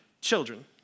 children